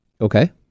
Okay